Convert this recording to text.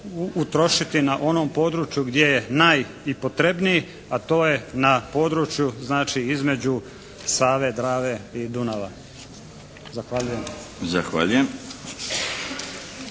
utrošiti na onom području gdje je i najpotrebniji a to je na području znači između Save, Drave i Dunava. Zahvaljujem.